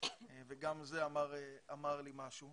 וגם זה אמר לי משהו.